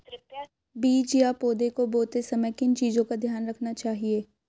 बीज या पौधे को बोते समय किन चीज़ों का ध्यान रखना चाहिए?